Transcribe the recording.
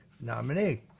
nominee